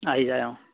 আহি যায় অঁ